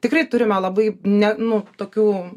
tikrai turime labai ne nu tokių